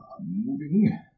Moving